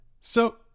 So-